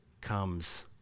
comes